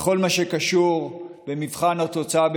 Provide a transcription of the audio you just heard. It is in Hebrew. בכל מה שקשור במבחן התוצאה,